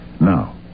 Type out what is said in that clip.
Now